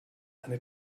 eine